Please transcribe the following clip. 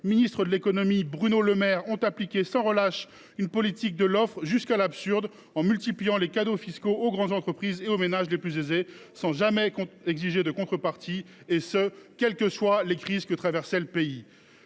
ministre de l’économie, Bruno Le Maire, ont appliqué sans relâche, jusqu’à l’absurde, une politique de l’offre, multipliant les cadeaux fiscaux aux grandes entreprises et aux ménages les plus aisés, sans jamais exiger de contrepartie, quelles que soient les crises que traversait le pays.